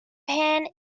pan